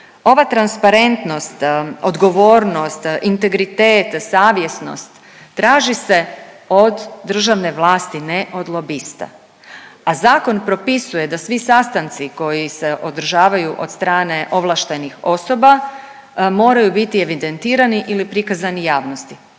Ova transparentnost, odgovornost, integritet, savjesnost, traži se od državne vlasti, ne od lobista, a zakon propisuje da svi sastanci koji se održavaju od strane ovlaštenih osoba moraju biti evidentirani ili prikazani javnosti.